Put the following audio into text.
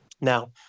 now